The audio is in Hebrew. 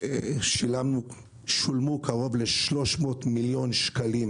שולמו קרוב ל-300 מיליון שקלים